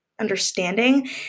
understanding